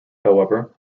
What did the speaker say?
however